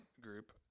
group